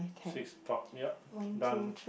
six top yup done